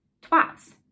Twats